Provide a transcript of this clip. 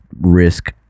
risk